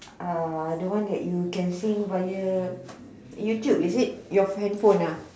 uh the one that you can sing via YouTube is it your handphone ah